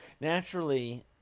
naturally